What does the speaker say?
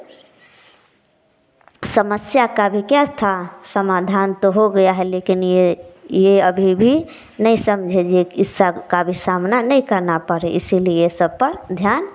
समस्या का भी क्या था समाधान तो हो गया है लेकिन यह यह अभी भी नहीं समझे जे यह सब का भी सामना नहीं करना पड़े इसीलिए यह सब पर ध्यान